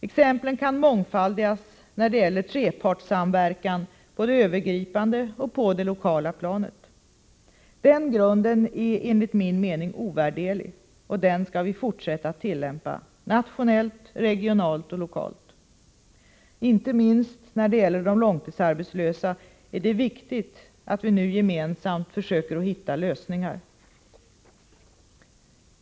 Exemplen kan mångfaldigas när det gäller trepartssamverkan på det övergripande och på det lokala planet. Den grunden är enligt min mening ovärderlig, och den skall vi fortsätta att tillämpa nationellt, regionalt och lokalt. Inte minst när det gäller de långtidsarbetslösa är det viktigt att vi nu Nr 19 gemensamt försöker hitta lösningar.